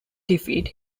defeat